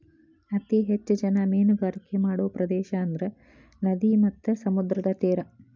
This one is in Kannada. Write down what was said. ಅತೇ ಹೆಚ್ಚ ಜನಾ ಮೇನುಗಾರಿಕೆ ಮಾಡು ಪ್ರದೇಶಾ ಅಂದ್ರ ನದಿ ಮತ್ತ ಸಮುದ್ರದ ತೇರಾ